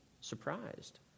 surprised